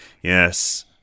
yes